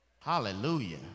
Hallelujah